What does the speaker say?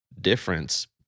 difference